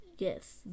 Yes